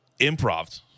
improv